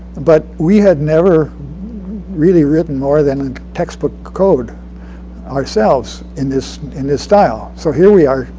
but we had never really written more than textbook code ourselves in this in this style. so here we are,